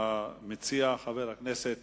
המציע, חבר הכנסת